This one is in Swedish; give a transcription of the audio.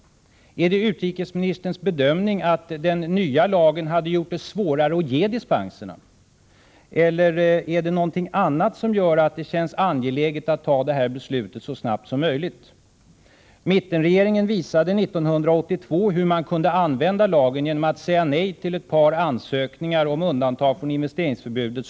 Är det utrikesministerns bedömning att den nya lagen hade gjort det svårare att ge dispenserna? Eller är det någonting annat som gör att det känns angeläget att fatta detta beslut så snabbt som möjligt? Mittenregeringen visade 1982 hur man kunde använda lagen, genom att säga nej till ett par ansökningar om undantag från investeringsförbudet.